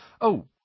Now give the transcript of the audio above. Oh